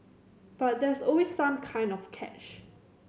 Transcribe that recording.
but there's always some kind of catch